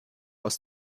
aus